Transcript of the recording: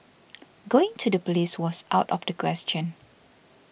going to the police was out of the question